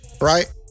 right